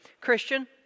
Christian